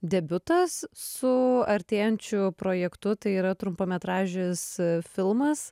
debiutas su artėjančiu projektu tai yra trumpametražis filmas